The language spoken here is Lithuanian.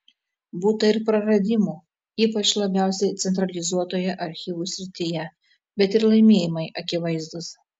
būta ir praradimų ypač labiausiai centralizuotoje archyvų srityje bet ir laimėjimai akivaizdūs